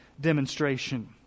demonstration